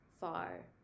far